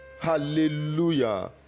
Hallelujah